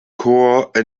korps